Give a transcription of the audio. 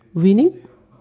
winning